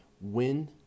Win